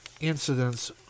incidents